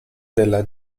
della